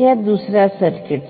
ह्या दुसर्या सर्किट साठी